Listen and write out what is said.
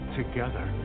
together